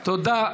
תודה.